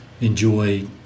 enjoy